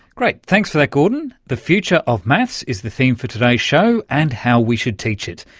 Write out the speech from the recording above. great, thanks for that gordon. the future of maths is the theme for today's show, and how we should teach it.